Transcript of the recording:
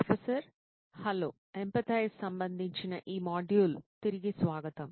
professor hello empathize సంభందించిన ఈ మాడ్యూల్కు తిరిగి స్వాగతం